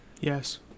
yes